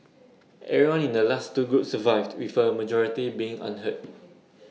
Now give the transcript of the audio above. everyone in the last two groups survived with A majority being unhurt